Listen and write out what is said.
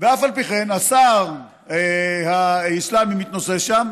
ואף על פי כן, הסהר האסלאמי מתנוסס שם.